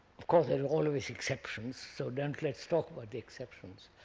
of course there are always exceptions, so don't let's talk about the exceptions